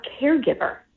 caregiver